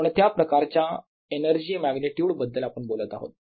कोणत्या प्रकारच्या energy magnitude बद्दल आपण बोलत आहोत